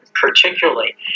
particularly